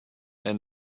and